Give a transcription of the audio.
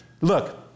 look